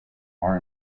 are